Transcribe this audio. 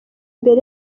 imbere